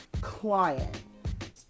client